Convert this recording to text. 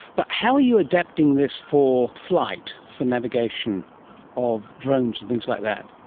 but how are you adapting this for flight, for navigation of drones and things like that?